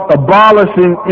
abolishing